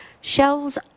Shelves